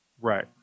Right